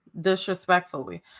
disrespectfully